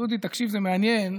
דודי, תקשיב, זה מעניין,